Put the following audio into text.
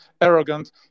arrogant